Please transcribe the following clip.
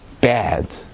bad